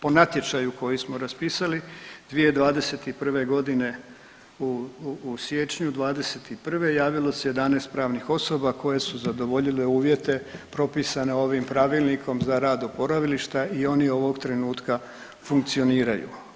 Po natječaju koji smo raspisali, 2021. g. u siječnju '21. javilo se 11 pravnih osoba koje su zadovoljile uvjete propisane ovim pravilnikom za rad oporavilišta i oni ovog trenutka funkcioniraju.